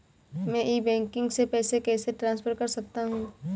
मैं e banking से पैसे कैसे ट्रांसफर कर सकता हूं?